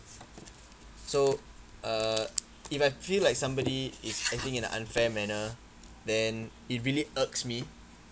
so uh if I feel like somebody is acting in a unfair manner then it really irks me